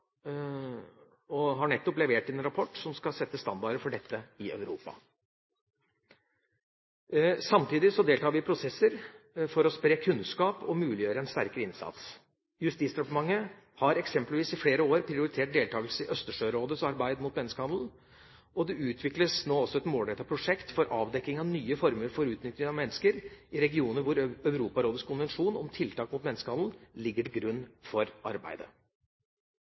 har nettopp levert inn en rapport som skal sette standarder for dette i Europa. Samtidig deltar vi i prosesser for å spre kunnskap og muliggjøre en sterkere innsats. Justisdepartementet har eksempelvis i flere år prioritert deltagelse i Østersjørådets arbeid mot menneskehandel. Det utvikles nå også et målrettet prosjekt for avdekking av nye former for utnytting av mennesker i regionen, hvor Europarådets konvensjon om tiltak mot menneskehandel ligger til grunn for arbeidet.